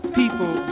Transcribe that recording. people